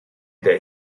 that